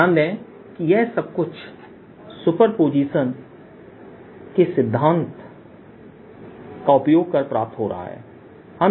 ध्यान दें कि यह सबकुछ सुपर पोजिशन के सिद्धांत का उपयोग कर प्राप्त हो रहा है